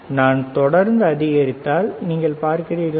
நான் தொடர்ந்து அதிகரித்தால் நீங்கள் பார்க்கிறீர்களா